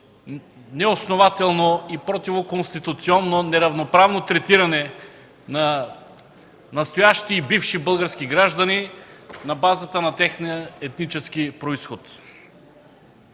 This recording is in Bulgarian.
неоснователно и противоконституционно неравноправно третиране на настоящи и бивши български граждани на базата на техния етнически произход.